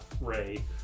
ray